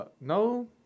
No